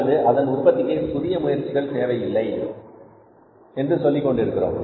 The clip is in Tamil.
அல்லது அதன் உற்பத்திக்கு புதிய முயற்சிகள் தேவையில்லை என்று சொல்லிக் கொண்டிருந்தோம்